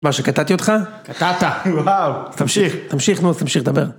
מה שקטעתי אותך, קטעת, וואו, תמשיך, תמשיך נו, תמשיך לדבר.